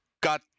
got